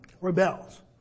Rebels